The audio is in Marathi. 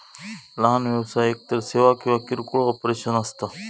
लहान व्यवसाय एकतर सेवा किंवा किरकोळ ऑपरेशन्स असता